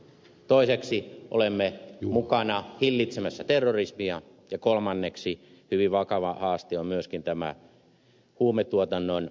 toiseksi olemme mukana hillitsemässä terrorismia ja kolmanneksi hyvin vakava haaste on myöskin huumetuotannon hillitseminen